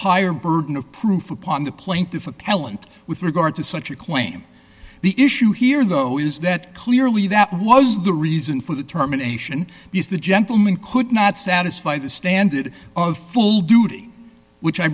burden of proof upon the plaintiff appellant with regard to such a claim the issue here though is that clearly that was the reason for the terminations because the gentleman could not satisfy the standard of full duty which i